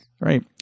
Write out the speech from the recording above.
Right